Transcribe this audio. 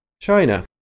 China